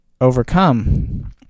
overcome